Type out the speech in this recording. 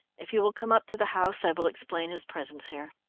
if you will come up to the house i will explain his presence here.